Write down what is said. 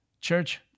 Church